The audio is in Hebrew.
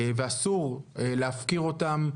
ואסור להפקיר אותם.